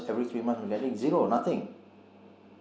every three months I am getting zero nothing